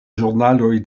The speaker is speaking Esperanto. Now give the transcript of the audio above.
ĵurnaloj